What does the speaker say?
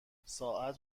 ساعت